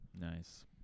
nice